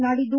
ನಾಡಿದ್ದು